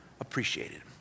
appreciated